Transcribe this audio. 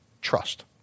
trust